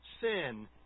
sin